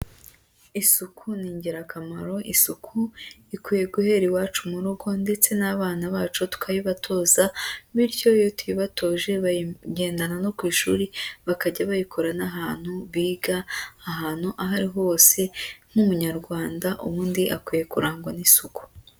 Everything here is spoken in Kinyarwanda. Isuku ni ingirakamaro, isuku ikwiye guhera iwacu mu rugo, ndetse n'abana bacu tukayibatoza, bityo iyo tuyibatoje bayigendana no ku ishuri bakajya bayikora n'ahantu biga, ahantu aho ari hose nk'Umunyarwanda ubundi akwiye kurangwa n'isuku.